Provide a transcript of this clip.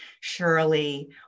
Shirley